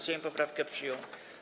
Sejm poprawkę przyjął.